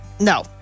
No